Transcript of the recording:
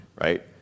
Right